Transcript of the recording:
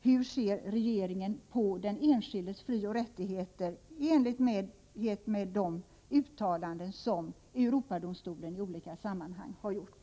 Hur ser regeringen på den enskildes frioch rättigheter i enlighet med de uttalanden som Europadomstolen i olika sammanhang har gjort?